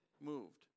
moved